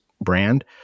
brand